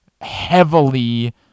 heavily